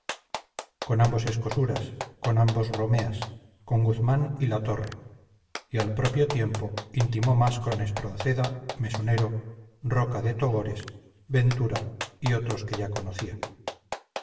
con ambos escosuras con ambos romeas con guzmán y latorre y al propio tiempo intimó más con espronceda mesonero roca de togores ventura y otros que ya conocía